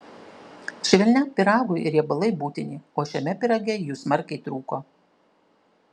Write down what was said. švelniam pyragui riebalai būtini o šiame pyrage jų smarkiai trūko